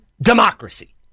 democracy